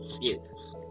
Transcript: Yes